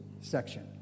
section